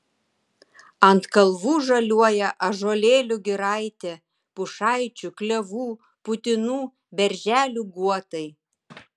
ant kalvų žaliuoja ąžuolėlių giraitė pušaičių klevų putinų berželių guotai